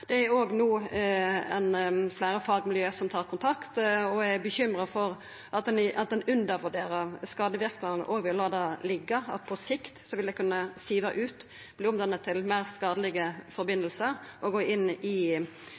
Det er no fleire fagmiljø som tar kontakt og er bekymra for at ein undervurderer skadeverknaden ved å la det liggja, at det på sikt vil kunna siva ut og verta omdanna til meir skadelege sambindingar og gå inn i